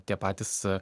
tie patys